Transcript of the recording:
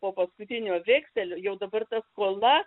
po paskutinio vekselio jau dabar ta skola